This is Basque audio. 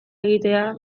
egitea